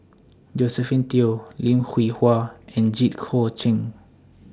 Josephine Teo Lim Hwee Hua and Jit Koon Ch'ng